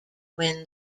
win